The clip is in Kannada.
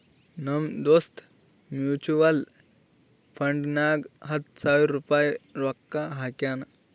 ನಮ್ ದೋಸ್ತ್ ಮ್ಯುಚುವಲ್ ಫಂಡ್ನಾಗ್ ಹತ್ತ ಸಾವಿರ ರುಪಾಯಿ ರೊಕ್ಕಾ ಹಾಕ್ಯಾನ್